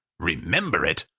remember it!